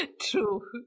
True